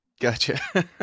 Gotcha